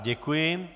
Děkuji.